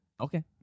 Okay